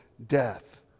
death